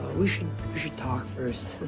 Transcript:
we should we should talk first.